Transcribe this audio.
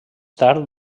tard